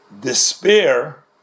despair